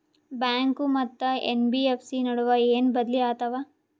Bank ಮತ್ತ NBFC ನಡುವ ಏನ ಬದಲಿ ಆತವ?